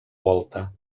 volta